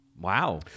Wow